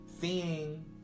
Seeing